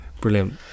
Brilliant